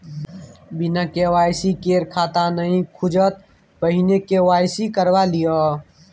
बिना के.वाई.सी केर खाता नहि खुजत, पहिने के.वाई.सी करवा लिअ